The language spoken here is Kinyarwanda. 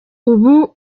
ubu